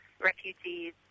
refugees